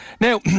Now